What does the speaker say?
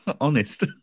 Honest